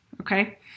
Okay